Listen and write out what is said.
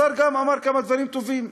השר גם אמר כמה דברים טובים,